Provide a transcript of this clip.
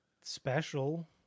special